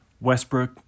Westbrook